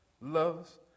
loves